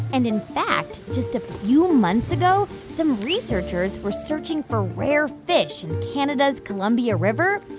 and, in fact, just a few months ago, some researchers were searching for rare fish in canada's columbia river.